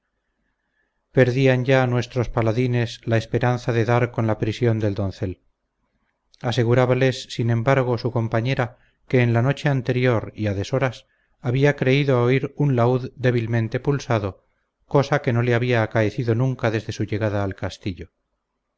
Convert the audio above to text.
perdían ya nuestros paladines la esperanza de dar con la prisión del doncel asegurábales sin embargo su compañera que en la noche anterior y a deshoras había creído oír un laúd débilmente pulsado cosa que no le había acaecido nunca desde su llegada al castillo